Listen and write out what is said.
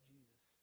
Jesus